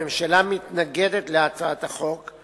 הממשלה מתנגדת להצעת החוק,